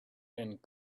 and